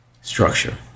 structure